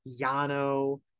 Yano